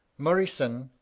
moryson,